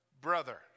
brother